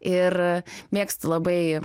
ir mėgstu labai